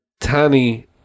tiny